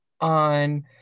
on